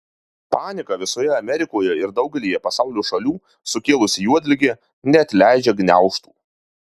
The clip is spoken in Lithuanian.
paniką visoje amerikoje ir daugelyje pasaulio šalių sukėlusi juodligė neatleidžia gniaužtų